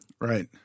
Right